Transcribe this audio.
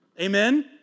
Amen